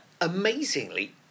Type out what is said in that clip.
amazingly